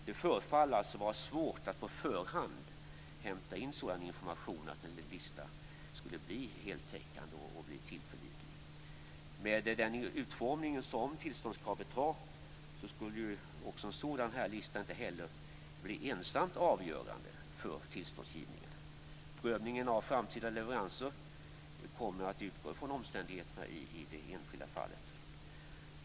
Det förefaller också vara svårt att på förhand hämta in sådan information som gör att en lista blir heltäckande och tillförlitlig. Med den utformning som tillståndskravet har skulle en sådan lista inte heller bli ensamt avgörande för tillståndsgivningen. Prövningen av framtida leveranser kommer att utgå från omständigheterna i det enskilda fallet.